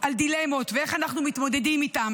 על דילמות ואיך אנחנו מתמודדים איתן,